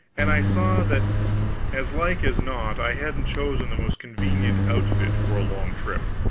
and i saw that as like as not i hadn't chosen the most convenient outfit for a long trip.